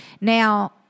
Now